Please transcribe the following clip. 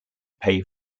pay